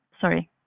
sorry